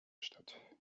statt